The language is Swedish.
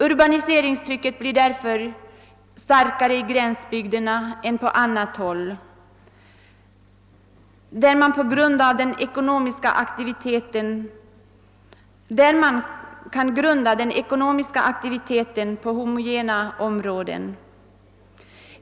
Urbaniseringstrycket blir därför starkare i gränsbygderna än på andra håll, där man kan grunda den ekonomiska aktiviteten på homogena områden.